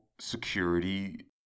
security